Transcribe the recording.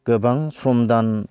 गोबां सम दान